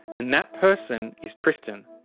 and that person is tristan.